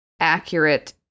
accurate